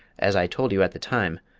as i told you at the time,